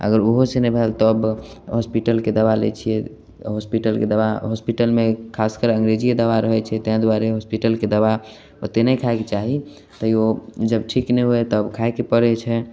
अगर ओहो से नहि भेल तब हॉस्पिटलके दबा लै छियै हॉस्पिटलके दबा हॉस्पिटलमे खास कर अंग्रेजिए दबा रहैत छै ताहि दुआरे हॉस्पिटलके दबा ओतेक नहि खाएके चाही तैयो जब ठीक नहि होए हय तब खाएके पड़ैत छै